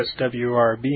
SWRB